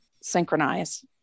synchronize